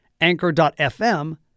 Anchor.fm